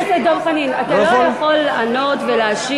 חבר הכנסת דב חנין, אתה לא יכול לענות ולהשיב.